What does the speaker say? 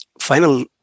final